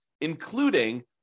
including